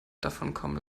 davonkommen